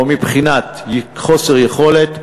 או מבחינת חוסר יכולת,